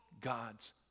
God's